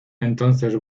entonces